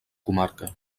comarca